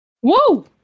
Whoa